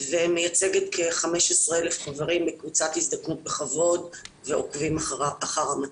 ומייצגת כ-15,000 חברים בקבוצת "הזדקנות בכבוד" ועוקבים אחר המטה.